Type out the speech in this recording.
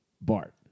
Bart